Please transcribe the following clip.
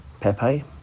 Pepe